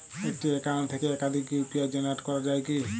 একটি অ্যাকাউন্ট থেকে একাধিক ইউ.পি.আই জেনারেট করা যায় কি?